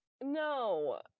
No